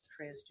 transgender